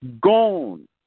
gone